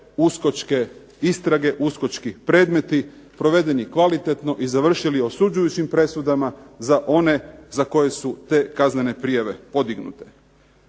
USKOK-čke istrage, USKOK-čki predmeti provedeni kvalitetno i završili osuđujućim presudama za one za koje su te kaznene prijave podignute.